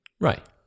Right